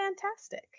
fantastic